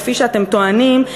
כפי שאתם טוענים,